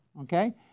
Okay